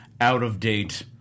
out-of-date